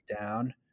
down